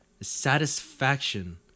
satisfaction